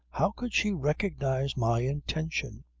how could she recognize my intention.